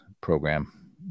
program